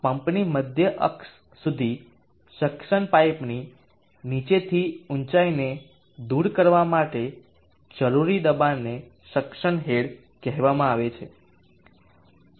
હવે પંપની મધ્ય અક્ષ સુધી સક્શન પાઇપની નીચેથી ઊચાઇને દૂર કરવા માટે જરૂરી દબાણને સક્શન હેડ કહેવામાં આવે છે